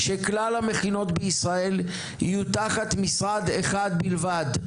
שכלל המכינות בישראל יהיו תחת משרד אחד בלבד,